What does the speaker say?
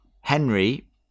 Henry